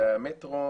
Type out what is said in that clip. והמטרו,